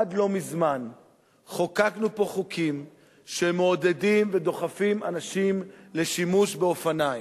עד לא מזמן חוקקנו פה חוקים שמעודדים ודוחפים אנשים לשימוש באופניים.